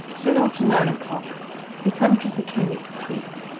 soon after nine o'clock we come to potomac creek,